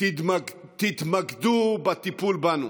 תתמקדו בטיפול בנו.